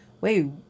wait